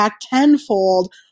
tenfold